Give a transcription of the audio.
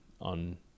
on